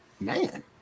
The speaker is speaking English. man